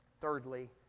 Thirdly